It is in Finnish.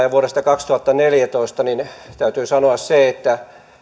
ja vuodesta kaksituhattaneljätoista niin täytyy sanoa se että